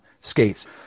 skates